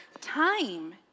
time